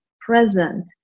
present